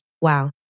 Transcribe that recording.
Wow